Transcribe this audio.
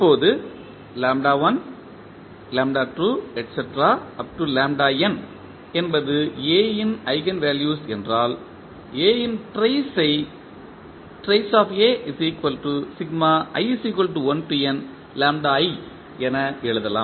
இப்போது என்பது A இன் ஈஜென்வெல்யூஸ் என்றால் A இன் டிரேஸ் ஐ என எழுதலாம்